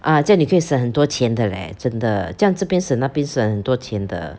ah 这样你可以省很多钱的 leh 真的这样这边省那边省很多的